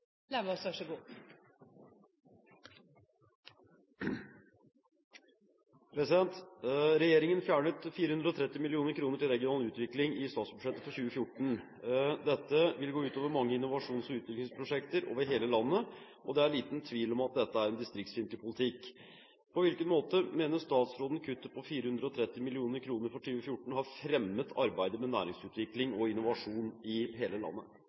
utviklingsprosjekter over hele landet, og det er liten tvil om at dette er distriktsfiendtlig politikk. På hvilken måte mener statsråden kuttet på 430 mill. kr for 2014 har fremmet arbeidet med næringsutvikling og innovasjon i hele landet?»